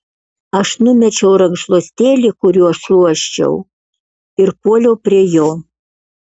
aš numečiau rankšluostėlį kuriuo šluosčiau ir puoliau prie jo